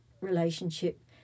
relationship